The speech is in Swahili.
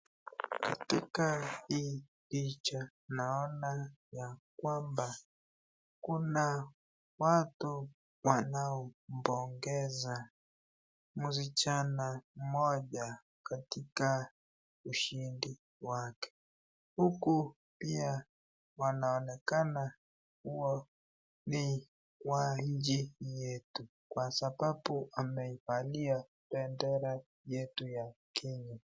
Katika hii picha naona ya kwamba kuna watu wanaompongeza msichana mmoja katika ushindi wake. Huku pia wanaonekana kuwa ni wa nchi yetu kwa sababu amevalia bendera yetu ya Kenya.